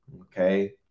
okay